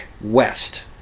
West